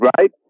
right